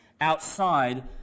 outside